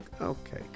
okay